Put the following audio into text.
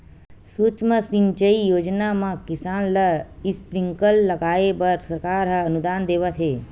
सुक्ष्म सिंचई योजना म किसान ल स्प्रिंकल लगाए बर सरकार ह अनुदान देवत हे